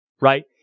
right